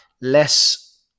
less